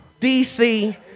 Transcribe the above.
DC